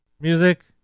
Music